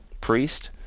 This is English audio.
priest